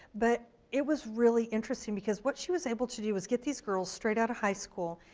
but it was really interesting, because what she was able to do was get these girls straight out of high school,